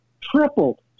tripled